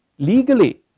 legally.